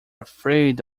afraid